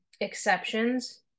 exceptions